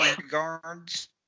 regards